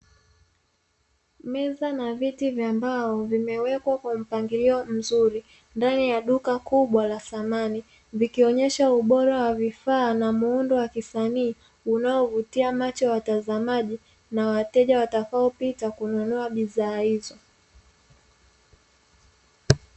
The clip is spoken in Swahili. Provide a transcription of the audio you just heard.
Meza na viti vya mbao vimewekwa kwa mpangilio mzuri ndani ya duka kubwa la samani, vikionyesha ubora wa vifaa na muundo wa kisanii unaovutia macho ya watazamaji na wateja watakaopita kununua bidhaa hizo.